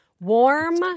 warm